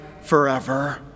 forever